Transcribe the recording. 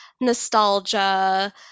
nostalgia